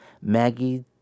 Maggie